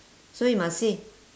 so you must see